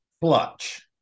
clutch